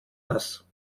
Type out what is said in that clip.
nass